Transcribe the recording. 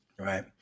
Right